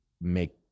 make